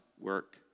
work